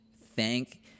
thank